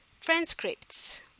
transcripts